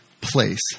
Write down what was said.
place